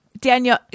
Daniel